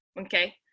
Okay